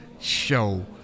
show